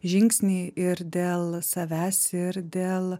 žingsnį ir dėl savęs ir dėl